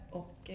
och